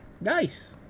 nice